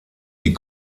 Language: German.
die